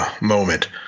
moment